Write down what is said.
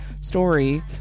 story